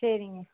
சரிங்க